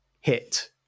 hit